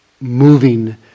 moving